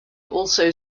also